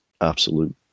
absolute